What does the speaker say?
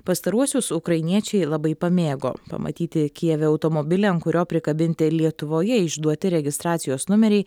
pastaruosius ukrainiečiai labai pamėgo pamatyti kijeve automobilį ant kurio prikabinti lietuvoje išduoti registracijos numeriai